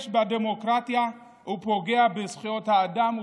בדמוקרטיה ופוגע בזכויות האדם ובחירותו.